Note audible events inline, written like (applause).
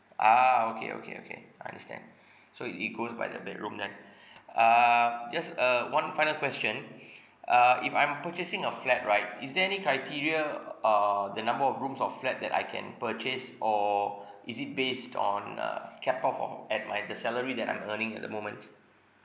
ah okay okay okay I understand (breath) so it goes by the bedroom then (breath) uh just uh one final question (breath) uh if I'm purchasing a flat right is there any criteria uh err the number of rooms of flat that I can purchase or (breath) is it based on a cap of of at my the salary that I'm earning at the moment